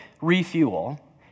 refuel